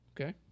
okay